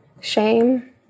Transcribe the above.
Shame